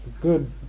good